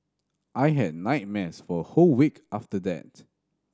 I had nightmares for a whole week after that